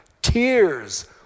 Tears